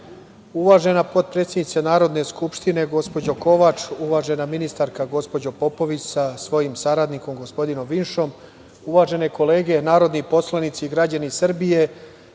potpredsednice Narodne skupštine, gospođo Kovač, uvažena ministarka, gospođo Popović, sa svojim saradnikom, gospodinom Vinšom, uvažene kolege narodni poslanici, građani Srbije,